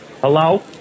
Hello